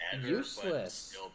useless